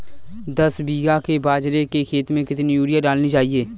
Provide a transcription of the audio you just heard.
दस बीघा के बाजरे के खेत में कितनी यूरिया डालनी चाहिए?